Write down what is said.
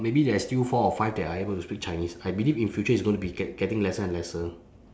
maybe there is still four or five that are able to speak chinese I believe in future it's going to be get getting lesser and lesser